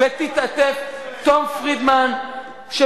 תום פרידמן,